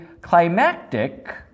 climactic